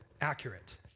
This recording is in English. accurate